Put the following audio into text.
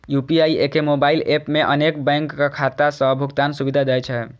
UPI एके mobile app मे अनेक बैंकक खाता सं भुगतान सुविधा दै छै